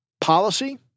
policy